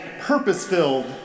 purpose-filled